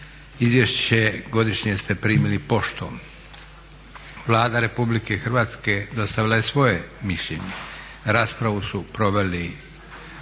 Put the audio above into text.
Izvješće godišnje ste primili poštom. Vlada Republike Hrvatske dostavila je svoje mišljenje. Raspravu su proveli